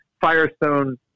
Firestone